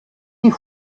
die